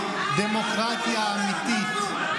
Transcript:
דמוקרטיה אמיתית,